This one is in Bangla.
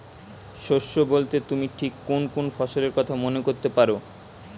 শস্য বোলতে তুমি ঠিক কুন কুন ফসলের কথা মনে করতে পার?